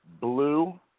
blue